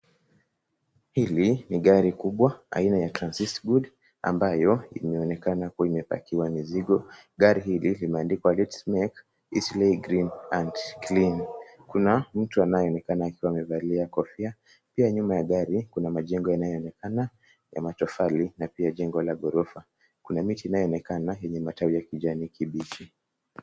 Hili ni gari kubwa aina ya transit good ambayo imeonekana imepakiwa mizigo. Gari hili lime andikwa gates make and clean . Kuna mtu ambaye anaonekana akiwa amevalia kofia pia nyuma ya gari kuna jengo inayoonekana ya matofali na pia jengo la gorofa , kuna miti inaonekana yenye matawi ya kijani kibichi.